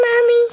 Mommy